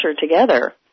together